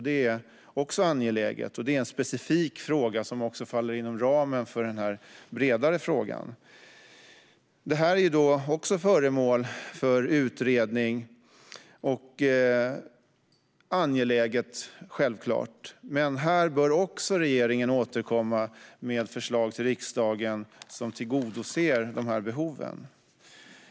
Detta är angeläget, och det är en specifik fråga som faller inom ramen för den bredare frågan. Även detta är föremål för utredning, och det är självklart angeläget. Också här bör regeringen återkomma med förslag till riksdagen som tillgodoser dessa behov.